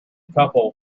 couple